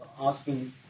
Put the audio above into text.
asking